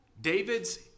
David's